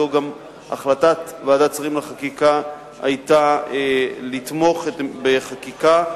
גם החלטת ועדת השרים לחקיקה היתה לתמוך בחקיקה,